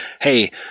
Hey